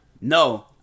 no